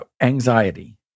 anxiety